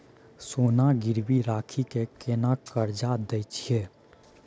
सोना गिरवी रखि के केना कर्जा दै छियै?